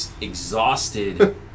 exhausted